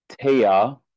Tia